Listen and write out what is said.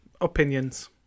opinions